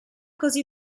così